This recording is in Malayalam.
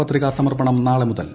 പത്രികാസമർപ്പണം നാളെ മുതൽ